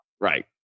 Right